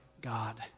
God